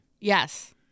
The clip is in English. Yes